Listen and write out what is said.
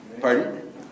Pardon